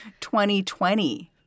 2020